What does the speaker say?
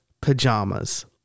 pajamas